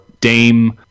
Dame